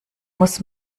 muss